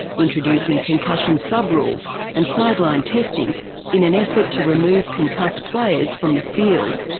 introducing concussion sub-rules and sideline testing in an effort to remove concussed players from the field.